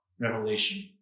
revelation